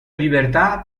libertà